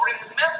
remember